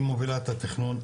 היא מובילה את התכנון,